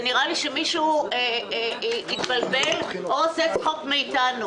נראה שמישהו התבלבל או עושה צחוק מאיתנו.